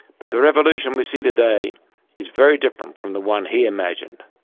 but the revolution we see today is very different from the one he imagined.